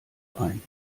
ein